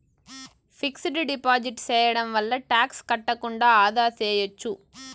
fixed deposit సేయడం వల్ల tax కట్టకుండా ఆదా సేయచ్చు